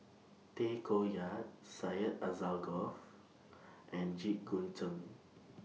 Tay Koh Yat Syed Alsagoff and Jit Koon Ch'ng